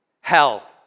hell